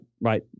right